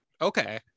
Okay